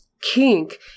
kink